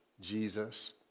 Jesus